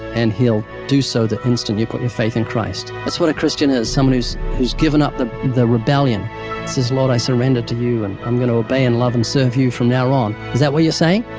and he'll do so the instant you put your faith in christ. that's what a christian is, someone who's who's given up the the rebellion and says, lord, i surrender to you, and i'm going to obey and love and serve you from now on. is that what you're saying?